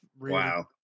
wow